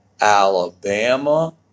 Alabama